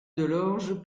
delorge